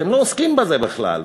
שהם לא עוסקים בזה בכלל,